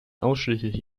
ausschließlich